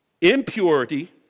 impurity